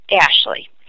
Ashley